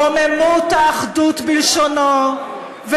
רוממות האחדות בלשונו, זה לא נכון.